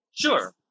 Sure